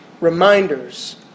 reminders